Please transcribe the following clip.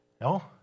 No